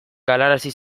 galarazi